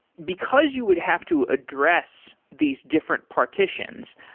because you would have to address these different partitions,